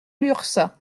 lurçat